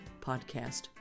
podcast